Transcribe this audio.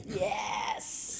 Yes